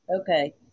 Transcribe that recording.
Okay